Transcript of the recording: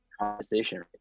conversation